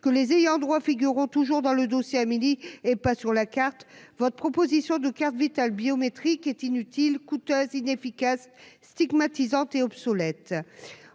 que les ayants droit figureront toujours dans le dossier à midi et pas sur la carte, votre proposition de carte vitale biométrique est inutile, coûteuse, inefficace stigmatisante et obsolète,